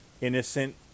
innocent